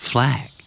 Flag